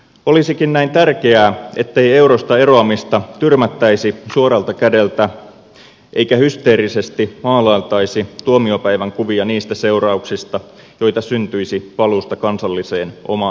olisikin näin tärkeää ettei eurosta eroamista tyrmättäisi suoralta kädeltä eikä hysteerisesti maalailtaisi tuomiopäivän kuvia niistä seurauksista joita syntyisi paluusta kansalliseen omaan valuuttaan